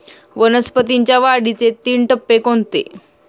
वनस्पतींच्या वाढीचे तीन टप्पे कोणते?